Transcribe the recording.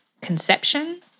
conception